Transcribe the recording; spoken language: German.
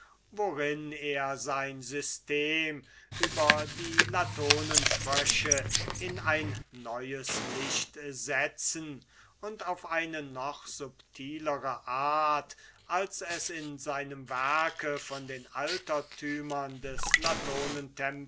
worin er sein system über die latonenfrösche in ein neues licht setzen und auf eine noch feinere art als es in seinem werke von den altertümern des